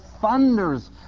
thunders